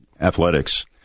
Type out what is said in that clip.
athletics